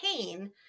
pain